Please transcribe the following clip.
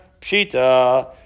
pshita